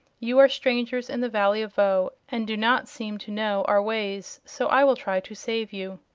you are strangers in the valley of voe, and do not seem to know our ways so i will try to save you.